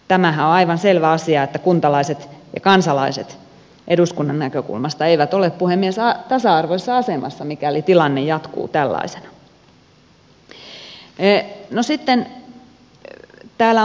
tämähän on aivan selvä asia että kuntalaiset ja kansalaiset eduskunnan näkökulmasta eivät ole puhemies tasa arvoisessa asemassa mikäli tilanne jatkuu tällaisena